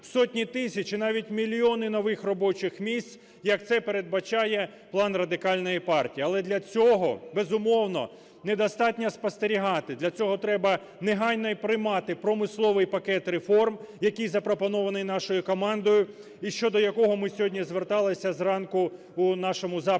сотні тисяч і навіть мільйони нових робочих місць, як це передбачає план Радикальної партії. Але для цього, безумовно, недостатньо спостерігати, для цього треба негайно і приймати промисловий пакет реформ, який запропонований нашою командою і щодо якого ми сьогодні зверталися зранку у нашому запиті